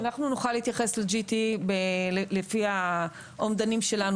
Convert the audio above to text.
אנחנו נוכל להתייחס ל-GT לפי האומדנים שלנו,